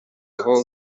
aho